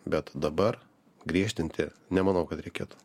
bet dabar griežtinti nemanau kad reikėtų